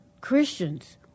Christians